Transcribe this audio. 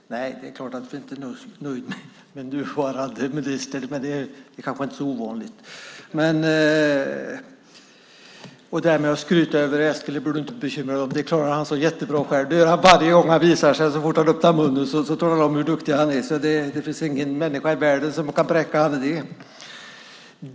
Herr talman! Nej, det är klart att vi inte är nöjda med nuvarande minister, men det kanske inte är så ovanligt! Och det där med att skryta över Eskil behöver du inte bekymra dig om, för det klarar han så jättebra själv. Det gör han varje gång han visar sig. Så fort han öppnar munnen talar han om hur duktig han är. Det finns ingen människa i världen som kan bräcka honom i det.